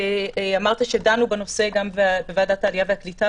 אמרת שדנו בנושא החשוב הזה גם בוועדת העלייה והקליטה,